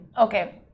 Okay